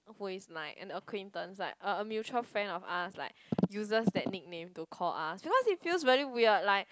who is like an acquaintance like a a mutual friend of us like uses that nickname to call us because it feels very weird like